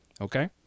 okay